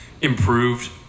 improved